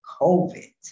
COVID